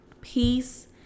Peace